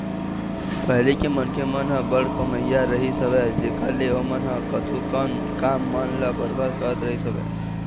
पहिली के मनखे मन ह बड़ कमइया रहिस हवय जेखर ले ओमन ह कतको कन काम मन ल बरोबर करत रहिस हवय